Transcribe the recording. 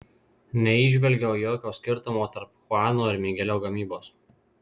neįžvelgiau jokio skirtumo tarp chuano ir migelio gamybos